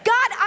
God